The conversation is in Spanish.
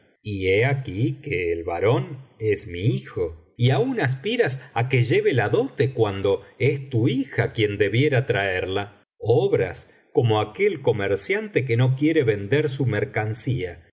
y he aquí que el varón es mi hijo y aiín aspiras á que lleve la elote cuando es tu hija quien debiera traerla obras como aquel comerciante que no quiere vender su mercancía